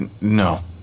No